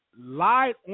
lied